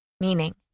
Meaning